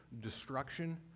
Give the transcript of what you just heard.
destruction